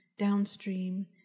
Downstream